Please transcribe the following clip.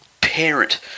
parent